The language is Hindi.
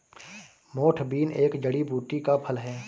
मोठ बीन एक जड़ी बूटी का फल है